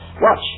Watch